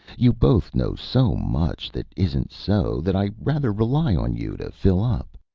you both know so much that isn't so, that i rather rely on you to fill up.